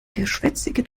geschwätzige